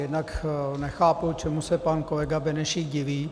Jednak nechápu, čemu se pan kolega Benešík diví.